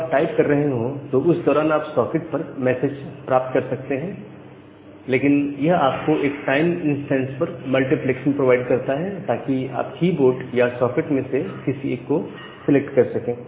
जब आप टाइप कर रहे हो तो उस दौरान आप सॉकेट पर मैसेज प्राप्त कर सकते हैं लेकिन यह आपको एक टाइम इंस्टेंस पर मल्टीप्लेक्सिंग प्रोवाइड करता है ताकि आप की बोर्ड या सॉकेट में से किसी एक को सिलेक्ट कर सकें